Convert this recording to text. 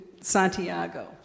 Santiago